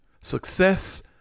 Success